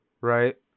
right